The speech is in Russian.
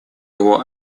его